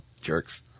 Jerks